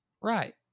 Right